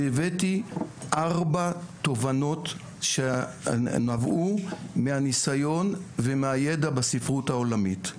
והבאתי ארבע תובנות שנבעו מהניסיון ומהידע בספרות העולמית.